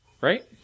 Right